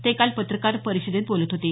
ते काल पत्रकार परिषदेत बोलत होते